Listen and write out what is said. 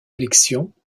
élections